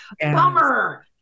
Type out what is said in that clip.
Bummer